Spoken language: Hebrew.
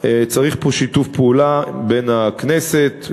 צריך פה שיתוף פעולה בין הכנסת,